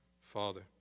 Father